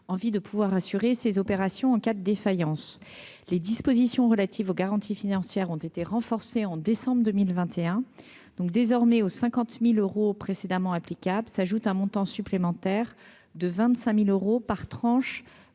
envie de pouvoir assurer ses opérations en cas de défaillance les dispositions relatives aux garanties financières ont été renforcés en décembre 2021 donc désormais aux 50000 euros précédemment applicable s'ajoute un montant supplémentaire de 25000 euros par tranche